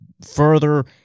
further